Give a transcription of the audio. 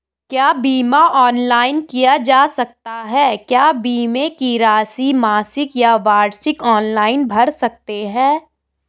क्या बीमा ऑनलाइन किया जा सकता है क्या बीमे की राशि मासिक या वार्षिक ऑनलाइन भर सकते हैं?